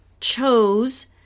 chose